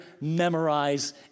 memorize